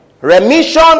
Remission